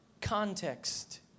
context